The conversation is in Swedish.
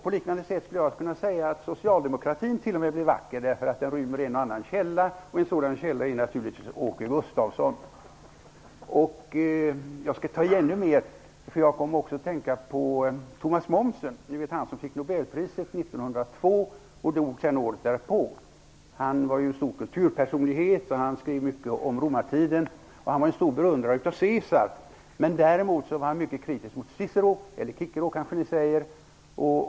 På liknande sätt skulle jag kunna säga att socialdemokratin till och med blir vacker därför att den rymmer en och annan källa. En sådan källa är naturligtvis Åke Gustavsson. Jag skall ta i ännu mer, för jag kom också att tänka på Theodor Mommsen, ni vet, han som fick Nobelpriset 1902 och dog året därpå. Han var en stor kulturpersonlighet och skrev mycket om romartiden. Han var en stor beundrare av Caesar. Däremot var han mycket kritisk mot Cicero.